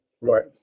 right